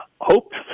hoped